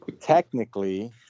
technically